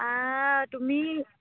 তুমি